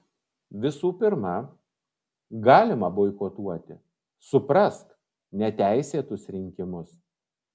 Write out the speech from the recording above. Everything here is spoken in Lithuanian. visų pirma galima boikotuoti suprask neteisėtus rinkimus